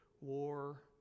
War